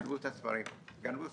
גנבו ספרים.